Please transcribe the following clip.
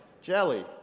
Jelly